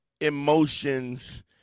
emotions